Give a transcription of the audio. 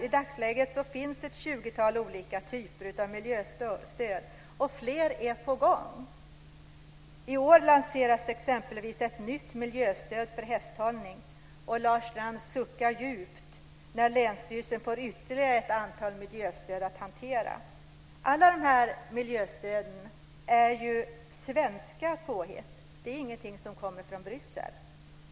I dagsläget finns ett tjugotal olika typer av miljöstöd, och fler är på gång. I år lanseras exempelvis ett nytt miljöstöd för hästhållning. Lars Strand suckar djupt när länsstyrelsen får ytterligare ett antal miljöstöd att hantera. Alla dessa miljöstöd är svenska påhitt - det är ingenting som kommer från Bryssel.